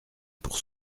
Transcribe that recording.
pour